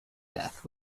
death